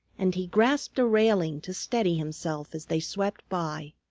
and he grasped a railing to steady himself as they swept by.